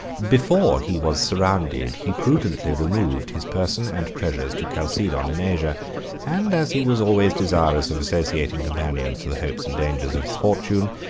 before he was surrounded, he prudently removed his person and treasures to chalcedon in asia and as he was always desirous of associating companions to the hopes and dangers of his fortune,